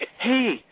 hey